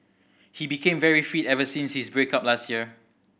he became very fit ever since his break up last year